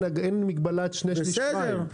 בסדר.